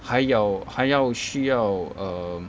还有还要需要 um